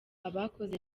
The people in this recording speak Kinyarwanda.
abakoze